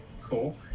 Cool